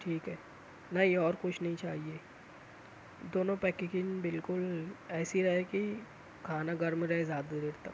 ٹھیک ہے نہیں اور کچھ نہیں چاہیے دونوں پیکیگنگ بالکل ایسی رہے کہ کھانا گرم رہے زیادہ دیر تک